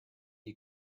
you